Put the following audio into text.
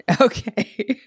Okay